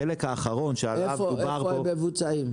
החלק האחרון שעליו דובר פה --- איפה הם מבוצעים?